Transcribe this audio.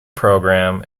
program